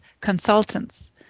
consultants